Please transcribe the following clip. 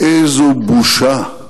איזו בושה.